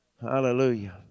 Hallelujah